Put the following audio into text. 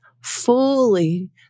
fully